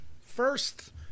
first